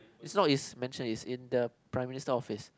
it's not it's mansion it's in the Prime Minister Office